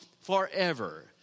forever